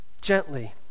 gently